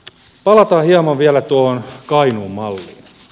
palataan hieman vielä tuohon kainuun malliin